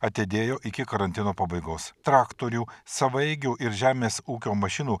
atidėjo iki karantino pabaigos traktorių savaeigių ir žemės ūkio mašinų